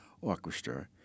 Orchestra